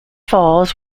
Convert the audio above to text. falls